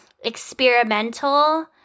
experimental